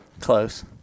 Close